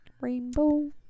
Rainbow